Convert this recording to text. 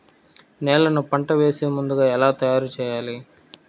నేలను పంట వేసే ముందుగా ఎలా తయారుచేయాలి?